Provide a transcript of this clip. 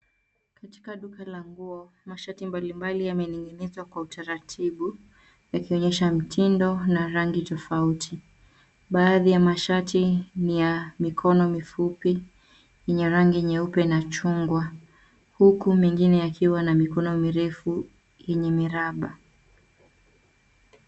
Katika duka la nguo, mashati mbalimbali yamening'inizwa kwa utaratibu yakionyesha mtindo na rangi tofauti. Baadhi ya mashati ni ya mikono mifupi yenye rangi nyeupe na chungwa. Huku mengine yakiwa na mikono mirefu yenye miraba.